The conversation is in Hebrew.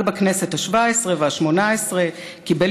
רק בכנסת השבע עשרה והשמונה עשרה קיבל